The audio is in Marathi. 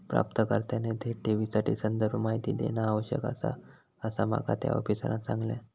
प्राप्तकर्त्याने थेट ठेवीसाठी संदर्भ माहिती देणा आवश्यक आसा, असा माका त्या आफिसरांनं सांगल्यान